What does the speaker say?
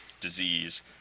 disease